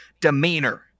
demeanor